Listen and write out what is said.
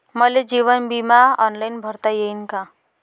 मले जीवन बिमा ऑनलाईन भरता येईन का?